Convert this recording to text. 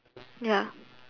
ya